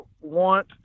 want